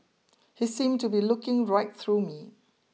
he seemed to be looking right through me